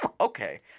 okay